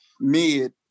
mid